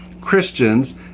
Christians